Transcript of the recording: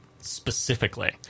specifically